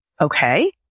okay